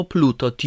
Pluto